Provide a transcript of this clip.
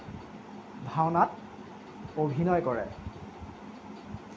ভাওনাত অভিনয় কৰে